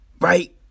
Right